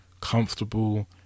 comfortable